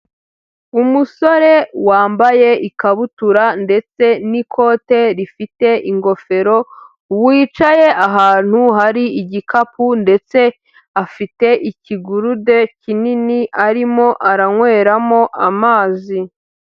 Umusore wambaye ikabutura ndetse n'ikote rifite ingofero, wicaye ahantu hari igikapu ndetse afite ikigurude kinini arimo aranyweramo amazi.